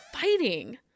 fighting